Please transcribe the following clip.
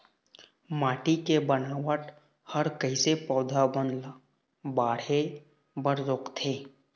माटी के बनावट हर कइसे पौधा बन ला बाढ़े बर रोकथे?